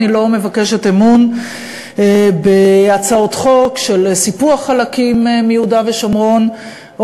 אני לא מבקשת אמון בהצעות חוק של סיפוח חלקים מיהודה ושומרון או